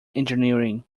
engineering